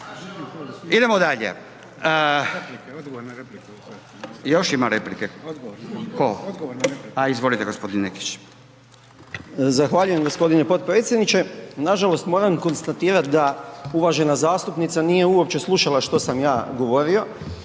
Odgovor na repliku./… tko, a izgovorite gospodin Nekić. **Nekić, Darko** Zahvaljujem gospodine potpredsjedniče, nažalost moram konstatirat da uvažena zastupnica nije uopće slušala što sam ja govorio.